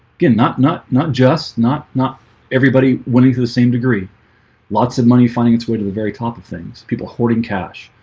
again, not not not just not not everybody winning through the same degree lots of money finding its way to the very top of things people hoarding cash